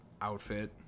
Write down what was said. outfit